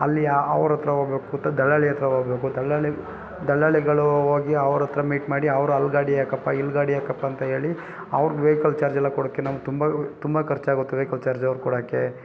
ಅಲ್ಲಿ ಆ ಅವ್ರ ಹತ್ರ ಹೋಗ್ಬೇಕು ದಲ್ಲಾಳಿ ಹತ್ರ ಹೋಗ್ಬೇಕು ದಲ್ಲಾ ದಲ್ಲಾಳಿಗಳು ಹೋಗಿ ಅವ್ರ ಹತ್ರ ಮೀಟ್ ಮಾಡಿ ಅವ್ರು ಅಲ್ಲಿ ಗಾಡಿ ಹಾಕಪ್ಪ ಇಲ್ಲಿ ಗಾಡಿ ಹಾಕಪ್ಪ ಅಂತ ಹೇಳಿ ಅವ್ರ ವೆಹ್ಕಲ್ ಚಾರ್ಜೆಲ್ಲ ಕೊಡಕ್ಕೆ ನಮ್ಗೆ ತುಂಬ ತುಂಬ ಖರ್ಚಾಗತ್ತೆ ವೆಹ್ಕಲ್ ಚಾರ್ಜ್ ಅವ್ರು ಕೊಡಕ್ಕೆ